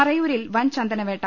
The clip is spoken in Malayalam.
മറയൂരിൽ വൻ ചന്ദനവേട്ട